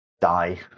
die